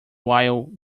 while